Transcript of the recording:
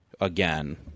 again